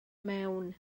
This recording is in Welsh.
mewn